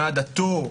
מה דתו,